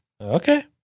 Okay